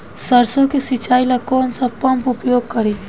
सरसो के सिंचाई ला कौन सा पंप उपयोग करी?